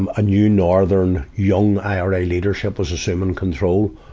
um a new northern, young ira leadership was assuming control.